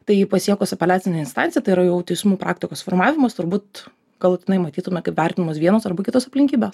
taigi pasiekus apeliacinę instanciją tai yra jau teismų praktikos formavimas turbūt galutinai matytume kaip vertinamos vienos arba kitos aplinkybės